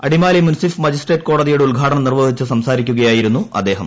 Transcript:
അടിമാലി മുൻസിഫ് മജിസ്ട്രേറ്റ് കോടതിയുടെ ഉദ്ഘാടനം നിർവ്വഹിച്ച് സംസാരിക്കുകയായിരുന്നു അദ്ദേഹം